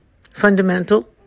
fundamental